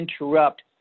interrupt